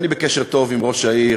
אני בקשר טוב עם ראש העיר,